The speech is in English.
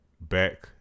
back